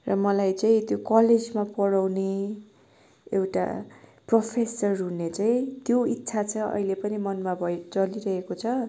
र मलाई चाहिँ त्यो कलेजमा पढाउने एउटा प्रोफेसर हुने चाहिँ त्यो इच्छा छ अहिले पनि मनमा भइ चलिरहेको छ